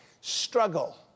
Struggle